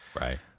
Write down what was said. Right